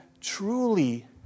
truly